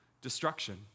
destruction